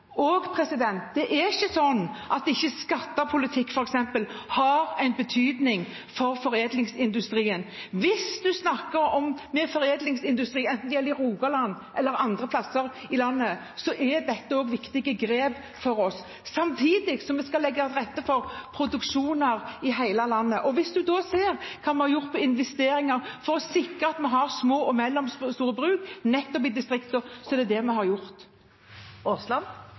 og det er ikke sånn at ikke skatter og politikk f.eks. har en betydning for foredlingsindustrien. Hvis en snakker med foredlingsindustrien, enten det gjelder i Rogaland eller andre steder i landet, er dette også viktige grep for oss, samtidig som vi skal legge til rette for produksjoner i hele landet. Og hvis en ser hva vi har gjort på investeringer for å sikre at vi har små og mellomstore bruk nettopp i distriktene, er det det vi har gjort. Det blir oppfølgingsspørsmål – først Terje Aasland.